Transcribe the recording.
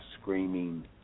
screaming